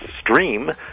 stream